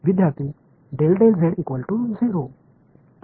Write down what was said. विद्यार्थीः